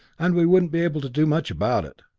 and we wouldn't be able to do much about it.